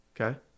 Okay